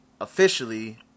Officially